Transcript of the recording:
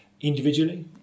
individually